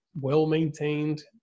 well-maintained